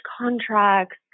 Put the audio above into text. contracts